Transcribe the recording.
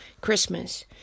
Christmas